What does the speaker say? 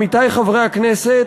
עמיתי חברי הכנסת,